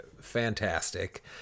fantastic